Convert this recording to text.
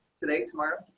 today, tomorrow